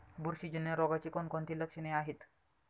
बुरशीजन्य रोगाची कोणकोणती लक्षणे आहेत?